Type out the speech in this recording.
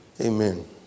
Amen